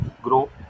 grow